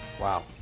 Wow